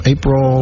April